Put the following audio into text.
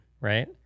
Right